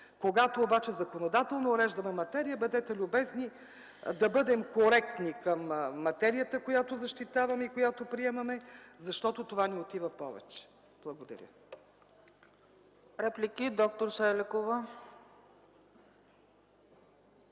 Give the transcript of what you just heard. Когато обаче законодателно уреждаме материя, бъдете любезни да бъдем коректни към материята, която защитаваме и приемаме, защото това ни отива повече. Благодаря.